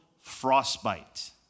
frostbite